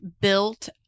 built